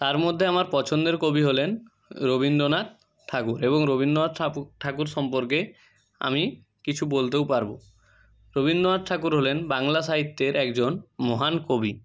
তার মধ্যে আমার পছন্দের কবি হলেন রবীন্দ্রনাথ ঠাকুর এবং রবীন্দ্রনাথ ঠাকুর সম্পর্কে আমি কিছু বলতেও পারব রবীন্দ্রনাথ ঠাকুর হলেন বাংলা সাহিত্যের একজন মহান কবি